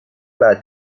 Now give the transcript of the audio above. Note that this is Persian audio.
بعد